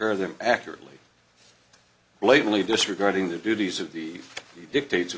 hear them accurately blatantly disregarding the duties of the dictat